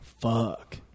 fuck